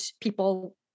people